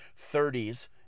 30s